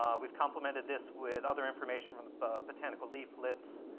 um we've complemented this with other information from the botanical leaflets,